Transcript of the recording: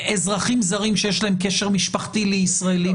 אזרחים זרים שיש להם קשר משפחתי לישראלים,